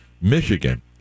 Michigan